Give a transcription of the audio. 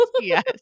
Yes